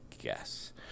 guess